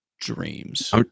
Dreams